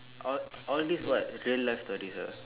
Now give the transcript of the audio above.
all all this what real life stories ah